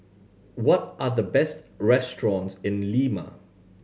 what are the best restaurants in Lima